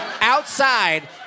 outside